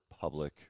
public